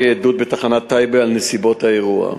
עדות בתחנת טייבה על נסיבות האירוע.